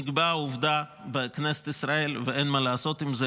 נקבעה עובדה בכנסת ישראל ואין מה לעשות עם זה.